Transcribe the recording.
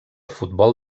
futbol